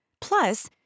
Plus